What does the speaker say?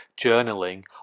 journaling